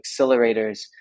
accelerators